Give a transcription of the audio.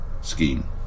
scheme